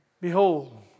Behold